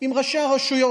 עם ראשי הרשויות.